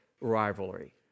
rivalry